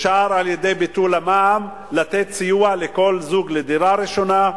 אפשר על-ידי ביטול המע"מ לתת סיוע לכל זוג לדירה ראשונה,